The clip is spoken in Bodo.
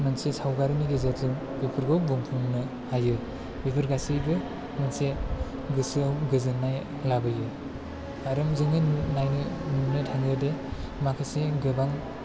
मोनसे सावगारिनि गेजेरजों बेफोरखौ बुंफुंनो हायो बेफोर गासैबो मोनसे गोसोआव गोजोननाय लाबोयो आरो जों नायनो नुनो थांयैबो माखासे गोबां